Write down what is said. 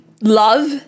love